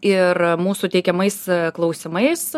ir mūsų teikiamais klausimais